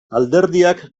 alderdiak